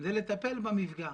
זה לטפל במפגע.